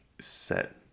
set